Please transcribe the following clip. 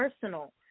personal